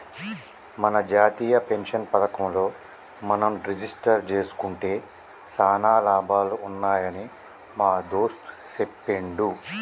మన జాతీయ పెన్షన్ పథకంలో మనం రిజిస్టరు జేసుకుంటే సానా లాభాలు ఉన్నాయని మా దోస్త్ సెప్పిండు